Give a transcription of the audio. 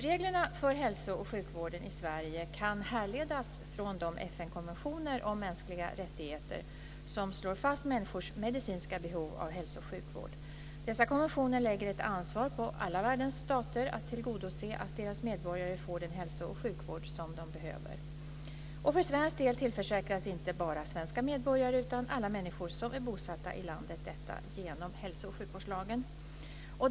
Reglerna för hälso och sjukvården i Sverige kan härledas från de FN-konventioner om mänskliga rättigheter som slår fast människors medicinska behov av hälso och sjukvård. Dessa konventioner lägger ett ansvar på alla världens stater att tillgodose att deras medborgare får den hälso och sjukvård som de behöver. För svensk del tillförsäkras inte bara svenska medborgare utan alla människor som är bosatta i landet detta genom hälso och sjukvårdslagen.